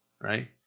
right